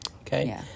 Okay